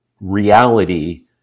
reality